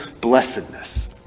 blessedness